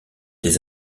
des